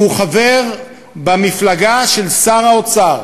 חבר במפלגה של שר האוצר,